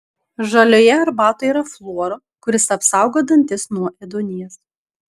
žalioje arbatoje yra fluoro kuris apsaugo dantis nuo ėduonies